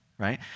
Right